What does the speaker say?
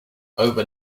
over